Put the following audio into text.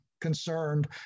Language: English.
concerned